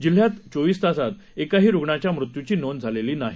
जिल्ह्यातचोवीसतासांतएकाहीरुग्णाच्यामृत्यूचीनोंदझालेलीनाही